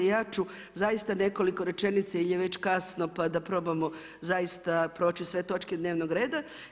Ja ću zaista nekoliko rečenica ili je već kasno pa da probamo zaista proći sve točke dnevnog reda.